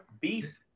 Beef